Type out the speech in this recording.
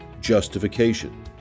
justification